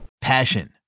Passion